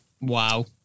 Wow